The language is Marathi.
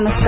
नमस्कार